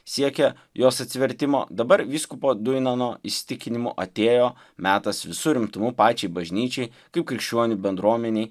siekė jos atsivertimo dabar vyskupo diuinano įsitikinimu atėjo metas visu rimtumu pačiai bažnyčiai kaip krikščionių bendruomenei